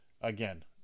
again